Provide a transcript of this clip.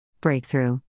Breakthrough